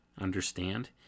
Understand